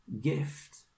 gift